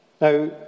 Now